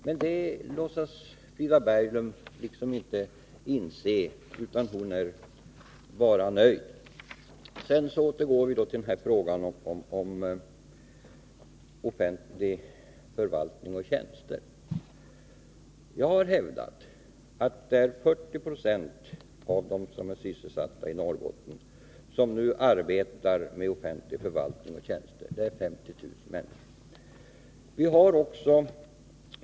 Men det vill Frida Berglund inte inse — hon är bara nöjd. Sedan till frågan om offentlig förvaltning och offentliga tjänster. Jag har hävdat att 40 20 av dem som är sysselsatta i Norrbotten arbetar med offentlig förvaltning och tjänster. Det finns 50 000 sådana tjänster.